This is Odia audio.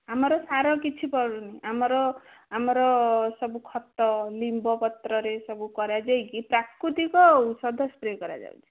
ଆମର ସାର କିଛି ପଡ଼ୁନି ଆମର ଆମର ଖତ ଲିମ୍ବ ପତ୍ରରେ ସବୁ କରାଯାଇକି ପ୍ରାକୃତିକ ଔଷଧ ସ୍ପ୍ରେ କରାଯାଉଛି